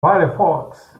firefox